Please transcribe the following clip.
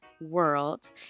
World